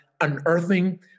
unearthing